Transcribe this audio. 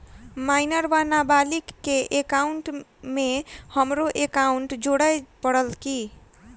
Minor वा नबालिग केँ एकाउंटमे हमरो एकाउन्ट जोड़य पड़त की?